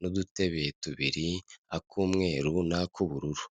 n'udutebe tubiri, ak'umweru n'ak'ubururu.